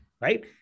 Right